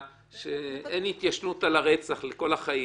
זה שאין התיישנות על הרצח וזה לכל החיים.